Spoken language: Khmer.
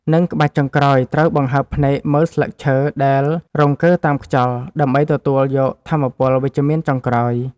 និងក្បាច់ចុងក្រោយ ត្រូវបង្ហើបភ្នែកមើលស្លឹកឈើដែលរង្គើតាមខ្យល់ ដើម្បីទទួលយកថាមពលវិជ្ជមានចុងក្រោយ។